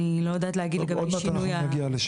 אני לא יודעת להגיד גם על אי שינוי התהליך.